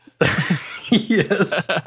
Yes